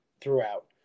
throughout